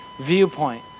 viewpoint